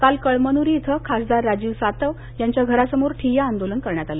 काल कळमनुरी इथं खासदार राजीव सातव यांच्या घरासमोर ठिय्या आंदोलन करण्यात आलं